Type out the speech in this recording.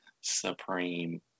Supreme